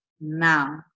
now